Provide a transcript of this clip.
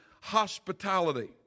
hospitality